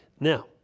Now